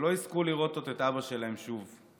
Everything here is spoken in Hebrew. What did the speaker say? שלא יזכו לראות את אבא שלהם שוב,